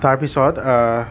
তাৰপিছত